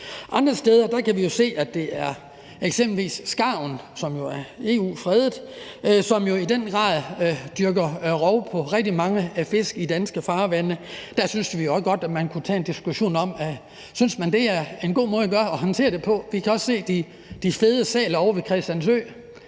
Andre steder kan vi se, at eksempelvis skarven, som jo er EU-fredet, i den grad driver rovdrift på rigtig mange fisk i danske farvande. Der synes vi også godt, man kunne tage en diskussion om, om man synes, det er en god måde at håndtere det på. Vi kan også se de fede sæler ovre ved Christiansø